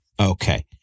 Okay